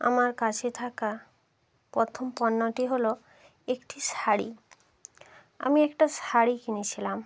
আমার কাছে থাকা প্রথম পণ্যটি হলো একটি শাড়ি আমি একটা শাড়ি কিনেছিলাম